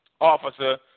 officer